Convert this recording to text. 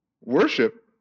worship